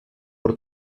por